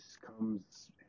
comes